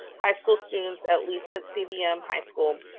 high school students at least at cdm high school